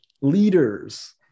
leaders